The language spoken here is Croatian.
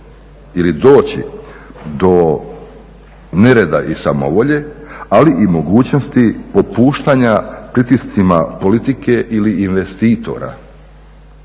ili doći do nereda i samovolje ali i mogućnosti popuštanja pritiscima politike ili investitora.